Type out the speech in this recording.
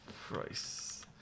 price